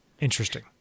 interesting